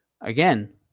again